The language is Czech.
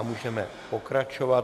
Můžeme pokračovat.